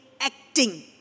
acting